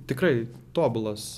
tikrai tobulas